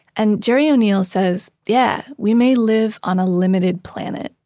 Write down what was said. and gerry o'neill says, yeah, we may live on a limited planet,